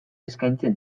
eskaintzen